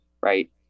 Right